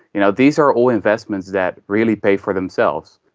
you know these are all investments that really pay for themselves,